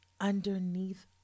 underneath